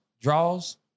draws